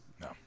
no